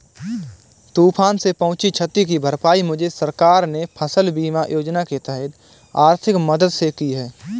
तूफान से पहुंची क्षति की भरपाई मुझे सरकार ने फसल बीमा योजना के तहत आर्थिक मदद से की है